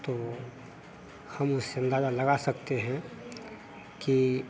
तो हम उसमें अंदाजा लगा सकते हैं कि